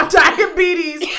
diabetes